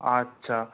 আচ্ছা